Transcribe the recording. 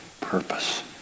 purpose